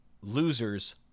losers